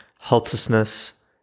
helplessness